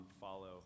follow